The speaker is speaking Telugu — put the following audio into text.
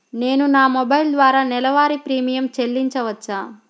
నేను నా మొబైల్ ద్వారా నెలవారీ ప్రీమియం చెల్లించవచ్చా?